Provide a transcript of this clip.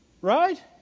Right